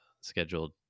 scheduled